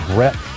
Brett